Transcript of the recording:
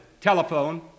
telephone